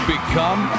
Become